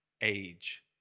age